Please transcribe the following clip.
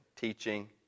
teaching